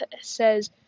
says